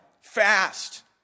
fast